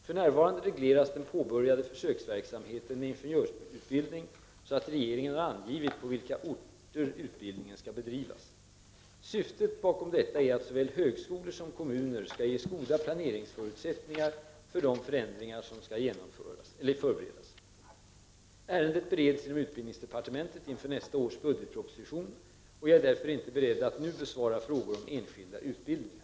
För närvarande regleras den påbörjade försöksverksamheten med ingenjörsutbildning så, att regeringen har angivit på vilka orter utbildningen skall bedrivas. Syftet bakom detta är att såväl högskolor som kommuner skall ges goda planeringsförutsättningar för de förändringar som skall förberedas. Ärendet bereds inom utbildningsdepartementet inför nästa års budgetproposition och jag är därför inte beredd att nu besvara frågor om enskilda utbildningar.